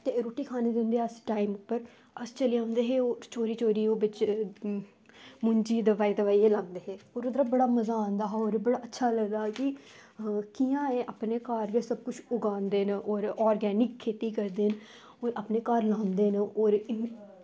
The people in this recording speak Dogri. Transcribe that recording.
ते ओह् रुट्टी खानै दे बेल्लै अस टाईम पर अस जेल्लै औंदे हे ओह् चोरी चोरी मुंजी दबाई दबाइयै लांदे हे ते फिर उद्धर बड़ा मज़ा आंदा हा ते कियां ओह् अपने घर ई सबकिश उगांदे न होर आर्गेनिक खेती करदे न होर अपनी घर दी खंदे न कि